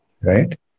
right